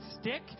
stick